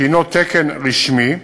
שהנו תקן רשמי,